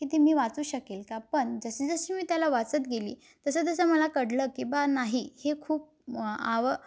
की ते मी वाचू शकेल का पण जशीजशी मी त्याला वाचत गेली तसं तसं मला कळलं की बावा नाही हे खूप आवं